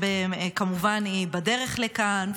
כמובן היא בדרך לכאן,